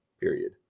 period